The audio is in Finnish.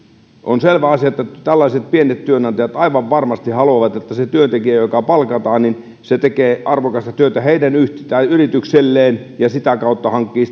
on selvä asia että että tällaiset pienet työnantajat aivan varmasti haluavat että se työntekijä joka palkataan tekee arvokasta työtä heidän yritykselleen ja sitä kautta hankkii